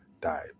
died